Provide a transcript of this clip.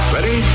Ready